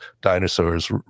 dinosaurs